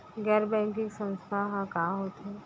गैर बैंकिंग संस्था ह का होथे?